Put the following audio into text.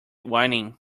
whining